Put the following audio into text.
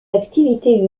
activités